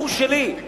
רכוש שלי,